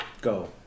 go